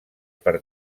per